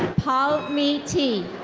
pal mi t.